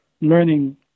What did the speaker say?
learning